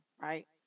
Right